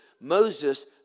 Moses